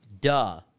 Duh